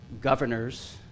governors